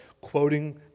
quoting